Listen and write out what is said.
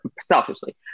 selfishly